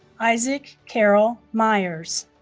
isaac carrol myers